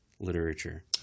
literature